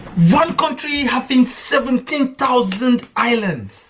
one country have been seventeen thousand islands